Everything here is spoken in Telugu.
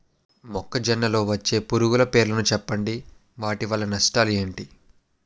మొక్కజొన్న లో వచ్చే పురుగుల పేర్లను చెప్పండి? వాటి వల్ల నష్టాలు ఎంటి?